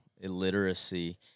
illiteracy